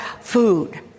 food